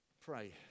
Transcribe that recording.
pray